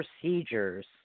procedures